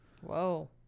Whoa